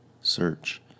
Search